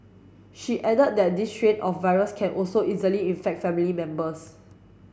she added that this strain of virus can also easily infect family members